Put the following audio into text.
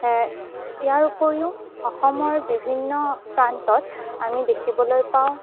ইয়াৰ উপৰিও অসমৰ বিভিন্ন প্ৰান্তত আমি দেখিবলৈ পাওঁ